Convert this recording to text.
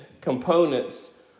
components